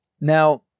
now